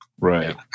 Right